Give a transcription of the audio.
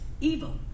Evil